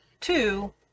two